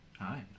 hi